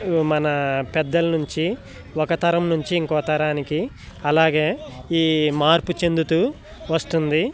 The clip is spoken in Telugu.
మన పెద్దల నుంచి ఒక తరం నుంచి ఇంకో తరానికి అలాగే ఈ మార్పు చెందుతూ వస్తుంది